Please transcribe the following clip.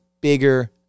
bigger